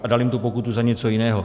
A dali mu tu pokutu za něco jiného.